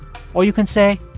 or you can say,